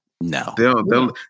No